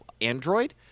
Android